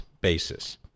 basis